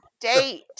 date